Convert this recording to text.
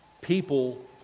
people